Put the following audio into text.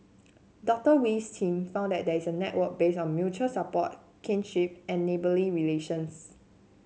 Doctor Wee's team found that there is a network based on mutual support kinship and neighbourly relations